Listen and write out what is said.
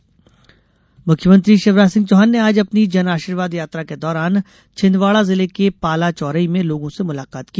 शिलान्यास सीएम मुख्यमंत्री शिवराज सिंह चौहान ने आज अपनी जनआशीर्वाद यात्रा के दौरान छिंदवाडा जिले के पालाचौरई में लोगों से मुलाकात की